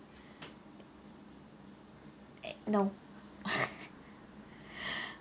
no